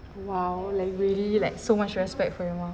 !wow! like really like so much respect for your mom